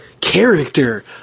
character